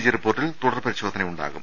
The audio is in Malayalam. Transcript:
ജി റിപ്പോർട്ടിൽ തുടർ പരിശോധന ഉണ്ടാകും